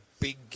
big